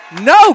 No